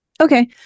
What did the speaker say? Okay